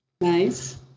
Nice